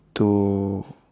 to